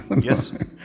Yes